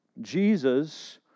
Jesus